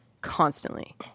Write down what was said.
constantly